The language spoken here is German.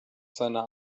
seiner